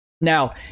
now